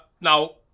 Now